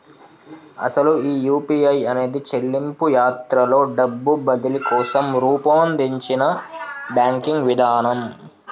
అసలు ఈ యూ.పీ.ఐ అనేది చెల్లింపు యాత్రలో డబ్బు బదిలీ కోసం రూపొందించిన బ్యాంకింగ్ విధానం